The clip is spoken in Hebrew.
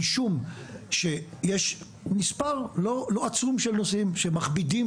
משום שיש מספר לא עצום של נושאים שמכבידים